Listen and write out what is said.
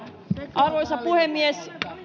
arvoisa puhemies